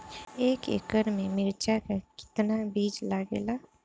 एक एकड़ में मिर्चा का कितना बीज लागेला?